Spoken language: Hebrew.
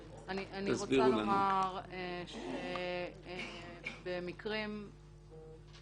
אני רוצה לומר שבמקרים מסוימים